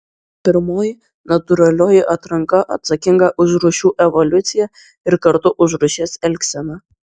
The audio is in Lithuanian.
pirmoji natūralioji atranka atsakinga už rūšių evoliuciją ir kartu už rūšies elgseną